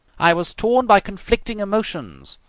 i was torn by conflicting emotions.